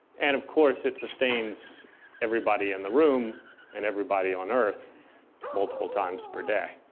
and of course, it sustains everybody in the room and everybody on earth multiple times per day.